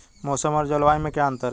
मौसम और जलवायु में क्या अंतर?